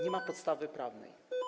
Nie ma podstawy prawnej.